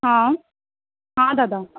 हा हा दादा